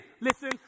listen